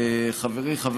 חברי חבר